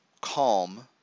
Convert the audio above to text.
calm